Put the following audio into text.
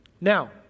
Now